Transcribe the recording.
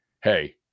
hey